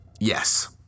Yes